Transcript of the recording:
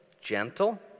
gentle